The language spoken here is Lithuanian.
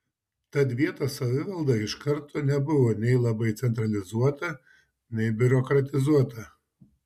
tad vietos savivalda iš karto nebuvo nei labai centralizuota nei biurokratizuota